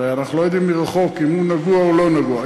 הרי אנחנו לא יודעים מרחוק אם הוא נגוע או לא נגוע.